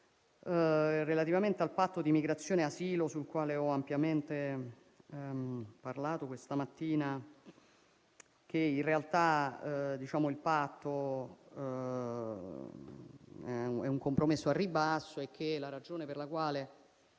relativamente al patto di migrazione e asilo, del quale ho ampiamente parlato questa mattina, diceva che in realtà è un compromesso al ribasso e che la ragione per la quale